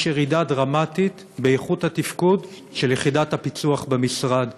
ירידה דרמטית באיכות התפקוד של יחידת הפיצו"ח במשרד.